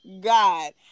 God